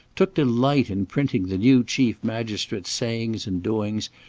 took delight in printing the new chief magistrate's sayings and doings,